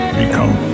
become